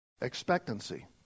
Expectancy